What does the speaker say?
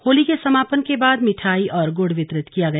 होली के समापन के बाद मिठाई और गुड़ वितरित किया गया